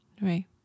right